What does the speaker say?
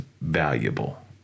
valuable